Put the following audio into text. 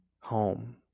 home